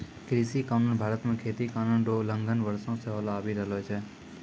कृषि कानून भारत मे खेती कानून रो उलंघन वर्षो से होलो आबि रहलो छै